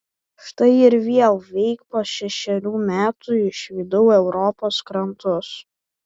štai ir vėl veik po šešerių metų išvydau europos krantus